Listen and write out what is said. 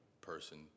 person